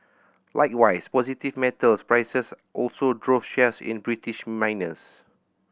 likewise positive metals prices also drove shares in British miners